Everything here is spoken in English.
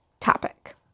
topic